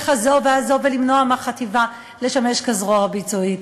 הזאת והזאת ולמנוע מהחטיבה לשמש כזרוע הביצועית?